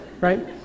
Right